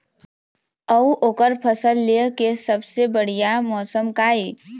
अऊ ओकर फसल लेय के सबसे बढ़िया मौसम का ये?